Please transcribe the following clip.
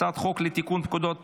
הצעת חוק לתיקון פקודת